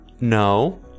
No